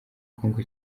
congo